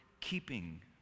keeping